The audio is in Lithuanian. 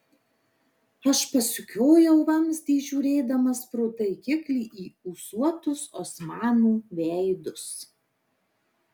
aš pasukiojau vamzdį žiūrėdamas pro taikiklį į ūsuotus osmanų veidus